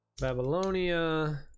Babylonia